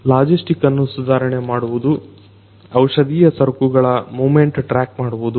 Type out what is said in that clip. ಲಾಜಿಸ್ಟಿಕ್ಸ್ಅನ್ನು ಸುಧಾರಣೆ ಮಾಡುವುದು ಔಷಧಿಯ ಸರಕುಗಳ ಮೂಮೆಂಟ್ ಟ್ರ್ಯಾಕ್ ಮಾಡುವುದು